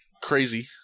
crazy